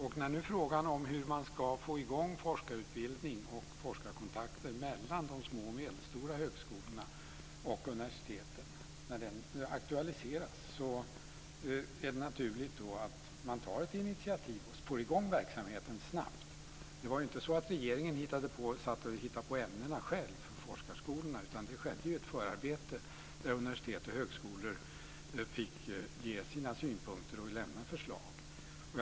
När det nu är fråga om hur man ska få i gång forskarutbildning och forskarkontakter mellan de små och medelstora högskolorna och universiteten när den aktualiseras, är det naturligt att ta ett initiativ för att få i gång verksamheten snabbt. Det var inte så att regeringen hittade på ämnena själv för forskarskolorna, utan det skedde ett förarbete där universitet och högskolor fick ge sina synpunkter och lämna förslag.